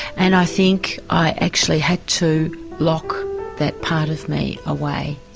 and i think i actually had to lock that part of me away.